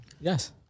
Yes